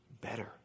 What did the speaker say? better